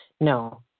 No